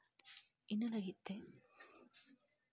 ᱤᱱᱟᱹ ᱞᱟᱹᱜᱤᱫ ᱛᱮ